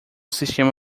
sistema